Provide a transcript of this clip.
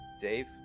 Dave